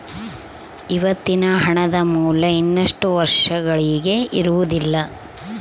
ಇವತ್ತಿನ ಹಣದ ಮೌಲ್ಯ ಇನ್ನಷ್ಟು ವರ್ಷಗಳಿಗೆ ಇರುವುದಿಲ್ಲ